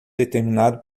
determinado